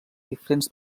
diferents